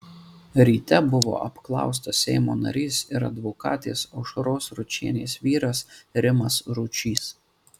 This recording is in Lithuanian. ryte buvo apklaustas seimo narys ir advokatės aušros ručienės vyras rimas ručys